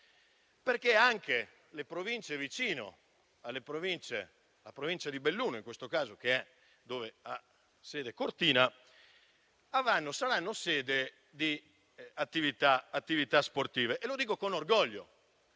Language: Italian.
perché anche le Province vicine, come la Provincia di Belluno in questo caso, dove ha sede Cortina, saranno sede di attività sportive, e lo dico con orgoglio.